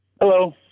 hello